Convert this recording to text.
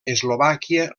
eslovàquia